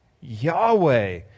Yahweh